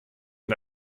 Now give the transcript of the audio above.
and